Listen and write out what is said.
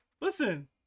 Listen